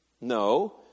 No